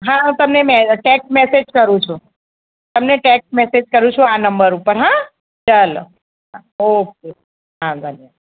હા હું તમને મે ટેક્સ્ટ મેસેજ કરું છું તમને ટેક્સ્ટ મેસેજ કરું છું આ નંબર ઉપર હાં ચાલો હા ઓકે હા ભલે